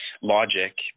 logic